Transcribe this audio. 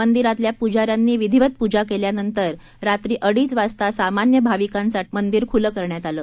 मंदिरातल्या पुजाऱ्यांनी विधिवत पूजा केल्यानंतर रात्री अडीच वाजचा सामान्य भाविकांसाठी मंदिर खुलं करण्यात आलं